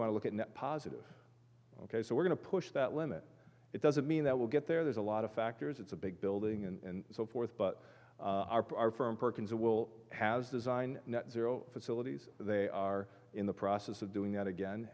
want to look at net positive ok so we're going to push that limit it doesn't mean that will get there there's a lot of factors it's a big building and so forth but our firm perkins will has design zero facilities they are in the process of doing that again